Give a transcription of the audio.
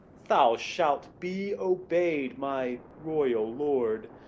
thou shalt be obeyed, my royal lord.